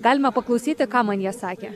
galima paklausyti ką man jie sakė